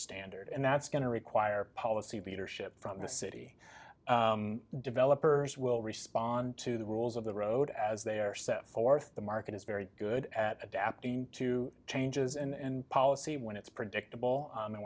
standard and that's going to require policy beater ship from the city developers will respond to the rules of the road as they are set forth the market is very good at adapting to changes and policy when it's predictable